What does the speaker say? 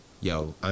yo